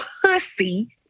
pussy